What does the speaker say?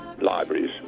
libraries